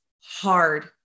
hard